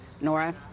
Nora